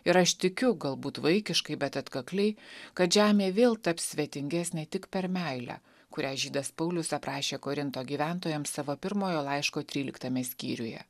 ir aš tikiu galbūt vaikiškai bet atkakliai kad žemė vėl taps svetingesnė tik per meilę kurią žydas paulius aprašė korinto gyventojams savo pirmojo laiško tryliktame skyriuje